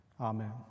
Amen